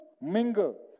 mingle